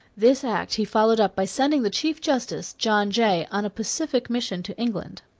this act he followed up by sending the chief justice, john jay, on a pacific mission to england.